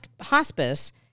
hospice